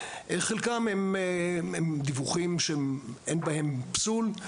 חלקם הם דיווחים שהם אין בהם פסול,